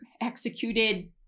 executed